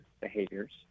behaviors